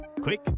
Quick